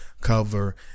cover